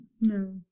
No